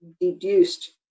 deduced